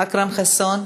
אכרם חסון,